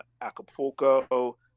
Acapulco